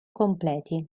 completi